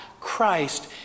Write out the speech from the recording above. Christ